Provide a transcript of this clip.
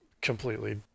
completely